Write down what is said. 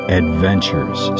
adventures